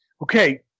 Okay